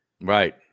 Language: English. Right